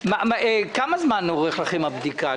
כמה זמן אורכת לכם הבדיקה?